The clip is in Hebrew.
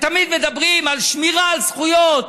תמיד מדברים על שמירה על זכויות,